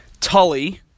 Tully